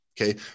Okay